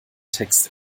text